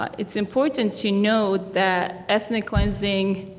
but it's important to know that ethnic cleansing